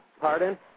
Pardon